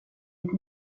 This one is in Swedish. inte